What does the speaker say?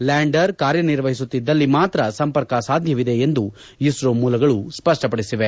lander ಕಾರ್ಯನಿರ್ವಹಿಸುತ್ತಿದ್ದಲ್ಲಿ ಮಾತ್ರ ಸಂಪರ್ಕ ಸಾಧ್ಯವಿದೆ ಎಂದು ಇಸ್ರೋ ಮೂಲಗಳು ಸ್ಪಷ್ಟಪಡಿಸಿದೆ